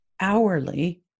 hourly